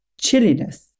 chilliness